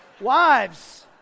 Wives